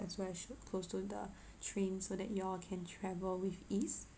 as well as should close to the train so that you all can travel with ease